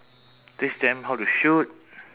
teach them how to shoot